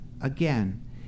Again